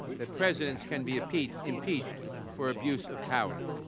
that presidents can be impeached impeached for abuse of power.